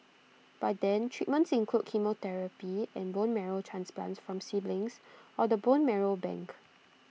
by then treatments include chemotherapy and bone marrow transplants from siblings or the bone marrow bank